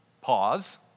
pause